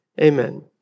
Amen